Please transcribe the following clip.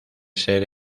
ser